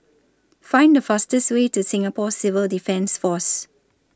Find The fastest Way to Singapore Civil Defence Force